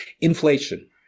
Inflation